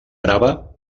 brava